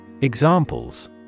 Examples